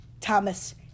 Thomas